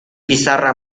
pizarra